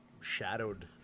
shadowed